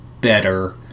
better